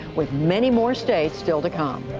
with many more states still to come.